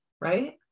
right